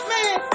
Man